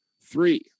three